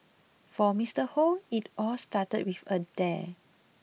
for Mister Hoe it all started with a dare